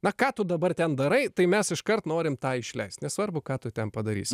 na ką tu dabar ten darai tai mes iškart norimetą išleist nesvarbu ką tu ten padarysi